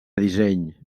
disseny